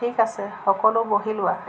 ঠিক আছে সকলো বহি লোৱা